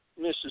Mrs